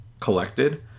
collected